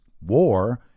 war